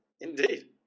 indeed